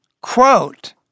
Quote